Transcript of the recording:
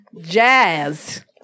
jazz